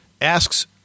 asks